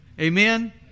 Amen